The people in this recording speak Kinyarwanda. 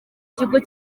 kigo